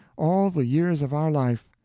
all the years of our life.